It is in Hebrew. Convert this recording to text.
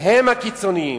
הם הקיצונים.